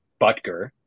Butker